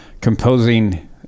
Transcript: composing